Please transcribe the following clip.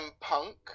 Punk